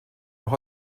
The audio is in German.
auch